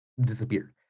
Disappeared